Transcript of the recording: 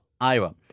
Iowa